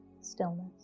stillness